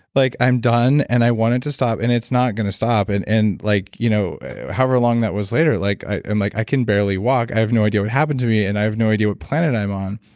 like i'm done and i want it to stop. and it's not going to stop. and and like you know however long that was later, like i'm like, i can barely walk. i have no idea what happened to me and i have no idea what planet i'm on.